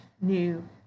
new